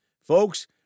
Folks